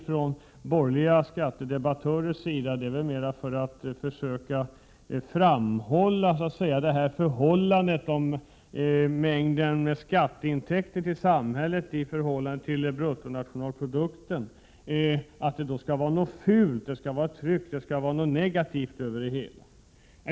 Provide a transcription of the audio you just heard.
Att borgerliga skattedebattörer använder ordet skattetryck beror väl på att de vill framhålla hur stora skatteintäkterna i samhället är i förhållande till bruttonationalprodukten. De vill därmed säga att det är någonting negativt och fult.